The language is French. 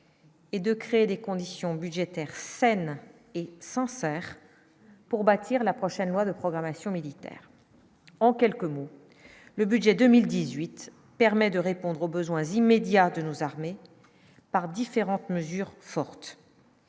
Et de créer les conditions budgétaires saines et s'en sert pour bâtir la prochaine loi de programmation militaire en quelques mots, le budget 2018 permet de répondre aux besoins immédiats de nos armées par différentes mesures fortes.